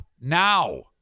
now